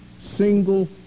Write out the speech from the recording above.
single